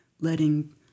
letting